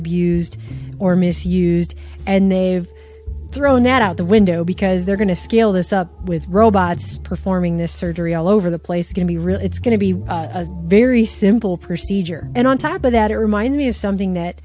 abused or misused and they've thrown out the window because they're going to scale this up with robots performing this surgery all over the place can be really it's going to be a very simple procedure and on top of that it reminds me of something that